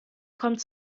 kommt